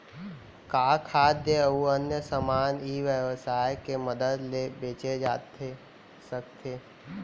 का खाद्य अऊ अन्य समान ई व्यवसाय के मदद ले बेचे जाथे सकथे?